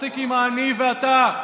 תפסיק עם ה"אני" ו"אתה".